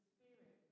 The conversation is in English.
Spirit